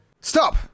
Stop